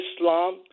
Islam